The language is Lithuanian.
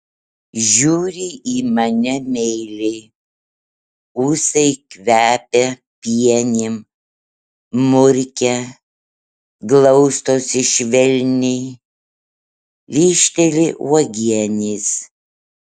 žiūri į mane meiliai ūsai kvepia pienėm murkia glaustosi švelniai lyžteli uogienės